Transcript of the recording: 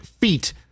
feet